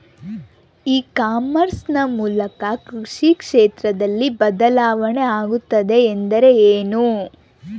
E commerce ನ ಮೂಲಕ ಕೃಷಿ ಕ್ಷೇತ್ರದಲ್ಲಿ ಬದಲಾವಣೆ ಆಗುತ್ತಿದೆ ಎಂದರೆ ಏನು?